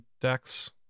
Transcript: decks